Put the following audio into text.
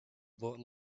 about